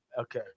Okay